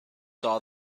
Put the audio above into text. saw